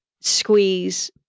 squeeze